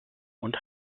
und